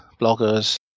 bloggers